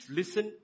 listen